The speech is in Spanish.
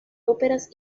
óperas